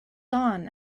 dawn